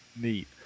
neat